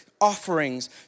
offerings